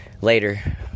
later